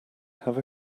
have